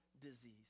disease